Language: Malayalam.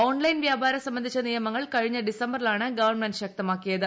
ഓൺലൈൻ വ്യാപാരം സംബന്ധിച്ച നിയമങ്ങൾ കഴിഞ്ഞ ഡിസംബറിലാണ് ഗവൺമെന്റ് ശക്തമാക്കിയത്